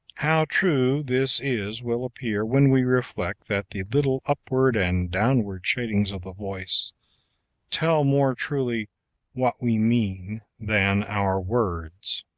how true this is will appear when we reflect that the little upward and downward shadings of the voice tell more truly what we mean than our words.